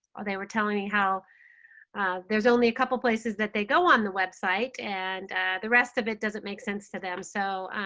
they were telling me how there's only a couple places that they go on the website and the rest of it doesn't make sense to them. so